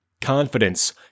confidence